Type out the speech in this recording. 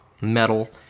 metal